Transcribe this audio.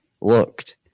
looked